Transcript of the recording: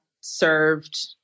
served